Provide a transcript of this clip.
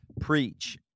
preach